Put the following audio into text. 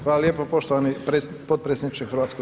Hvala lijepo poštovani potpredsjedniče HS.